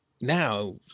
now